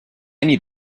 need